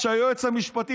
שהיועץ המשפטי,